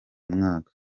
mwaka